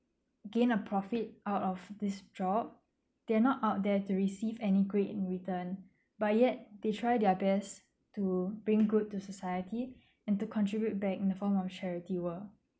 gain a profit out of this job they're not out there to receive any great in return but yet they try their best to bring good to society and to contribute back in the form of charity work